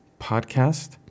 podcast